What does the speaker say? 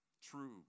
True